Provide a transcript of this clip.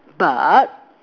but